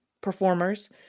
performers